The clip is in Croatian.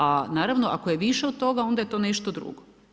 A naravno ako je viša od toga, onda je to nešto drugo.